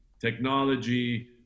technology